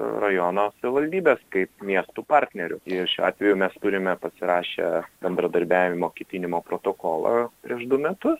rajono savivaldybės kaip miestų partnerių ir šiuo atveju mes turime pasirašę bendradarbiavimo kitinimo protokolą prieš du metus